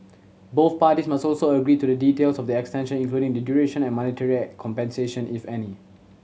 both parties must also agree to the details of the extension including the duration and monetary compensation if any